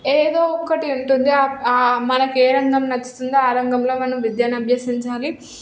ఏదో ఒక్కటి ఉంటుంది మనకి ఏ రంగం నచ్చుతుందో ఆ రంగంలో మనం విద్యను అభ్యసించాలి